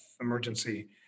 emergency